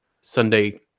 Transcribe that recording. Sunday